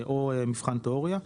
או מבחן תיאוריה.